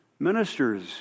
Ministers